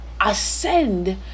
ascend